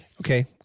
Okay